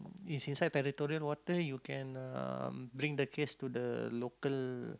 it's inside territorial water you can um bring the case to the local